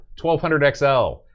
1200XL